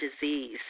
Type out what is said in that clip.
disease